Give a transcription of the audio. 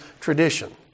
tradition